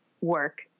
work